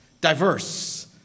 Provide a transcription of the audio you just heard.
diverse